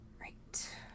right